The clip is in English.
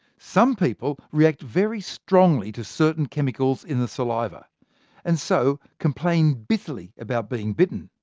some people react very strongly to certain chemicals in the saliva and so complain bitterly about being bitten.